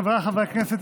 חבריי חברי הכנסת,